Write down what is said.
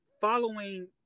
Following